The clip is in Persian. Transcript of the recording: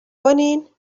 کنین